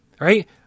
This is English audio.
right